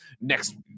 next